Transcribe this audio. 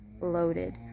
loaded